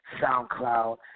SoundCloud